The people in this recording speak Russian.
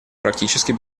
практически